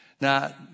Now